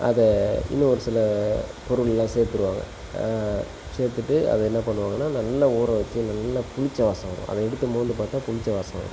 அதை இன்னும் ஒருசில பொருளெல்லாம் சேர்த்துடுவாங்க சேர்த்துட்டு அதை என்ன பண்ணுவாங்கன்னால் நல்லா ஊற வச்சு நல்லா புளித்த வாசம் வரும் அதை எடுத்து மோர்ந்து பார்த்தா புளித்த வாசம் வரும்